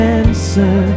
answer